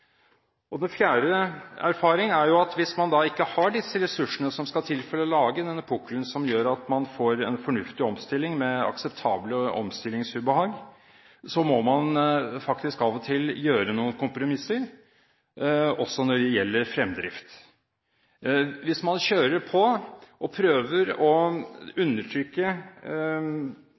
organisasjon. Den fjerde erfaringen er at hvis man ikke har de ressursene som skal til for å lage den pukkelen som gjør at man får en fornuftig omstilling med akseptable omstillingsubehag, må man faktisk av og til gjøre noen kompromisser også når det gjelder fremdrift. Hvis man kjører på og prøver å undertrykke